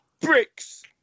bricks